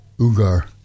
Ugar